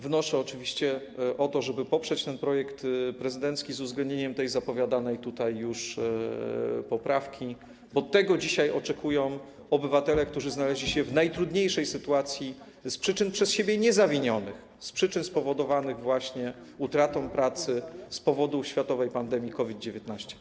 Wnoszę oczywiście o to, żeby poprzeć ten projekt prezydencki z uwzględnieniem zapowiadanej już poprawki, bo tego dzisiaj oczekują obywatele, którzy znaleźli się w najtrudniejszej sytuacji z przyczyn przez siebie niezawinionych, z przyczyn spowodowanych utratą pracy z powodu światowej pandemii COVID-19.